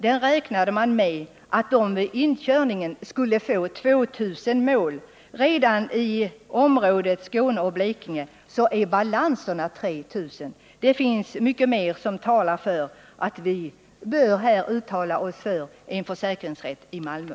Det finns alltså mycket som talar för att riksdagen uttalar sig för en försäkringsrätt i Malmö.